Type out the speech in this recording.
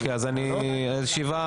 הישיבה